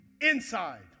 inside